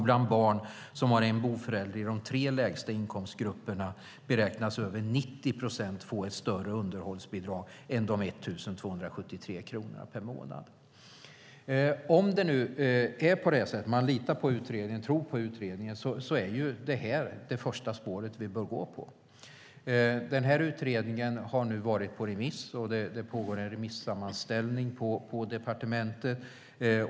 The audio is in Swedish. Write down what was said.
Bland barn som har en boendeförälder i de tre lägsta inkomstgrupperna beräknas över 90 procent få ett större underhållsbidrag än de 1 273 kronorna per månad. Om det nu är på det sättet - om man litar på utredningen - är detta det första spår vi bör gå på. Utredningen har varit på remiss, och det pågår en remissammanställning på departementet.